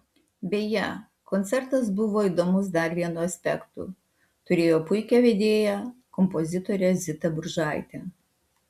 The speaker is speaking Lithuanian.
beje koncertas buvo įdomus dar vienu aspektu turėjo puikią vedėją kompozitorę zitą bružaitę